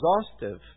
exhaustive